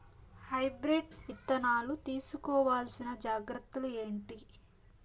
Hybrid విత్తనాలు తీసుకోవాల్సిన జాగ్రత్తలు ఏంటి?